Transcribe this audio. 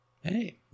hey